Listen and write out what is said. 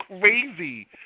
crazy